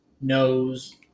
knows